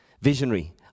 visionary